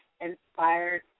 Inspired